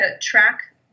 track